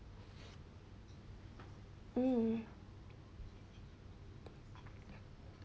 mm